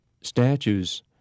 statues